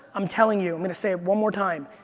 i'm telling you, i'm going to say it one more time,